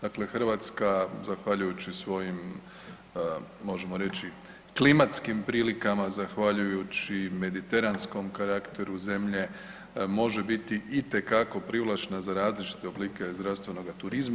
Dakle, Hrvatska zahvaljujući svojim, možemo reći, klimatskim prilikama, zahvaljujući mediteranskom karakteru zemlje može biti itekako privlačna za različite oblike zdravstvenog turizma.